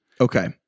Okay